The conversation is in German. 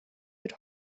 wird